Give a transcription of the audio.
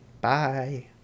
Bye